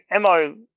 MO